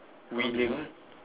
winning